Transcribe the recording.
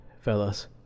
fellas